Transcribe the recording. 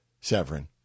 Severin